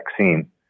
vaccine